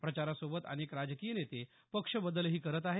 प्रचारासोबत अनेक राजकीय नेते पक्षबदलही करत आहेत